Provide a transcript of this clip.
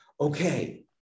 Okay